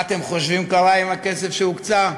מה אתם חושבים קרה עם הכסף שהוקצה?